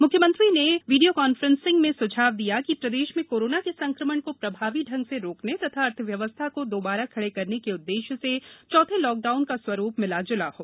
म्ख्यमंत्री ने वीसी में स्झाव दिया कि प्रदेश में कोरोना के संक्रमण को प्रभावी ढंग से रोकने तथा अर्थव्यवस्था को दोबारा खड़े करने के उद्देश्य से चौथे लॉकडाउन का स्वरूप मिला जुला हो